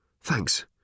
Thanks